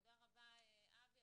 תודה רבה, אבי.